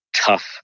tough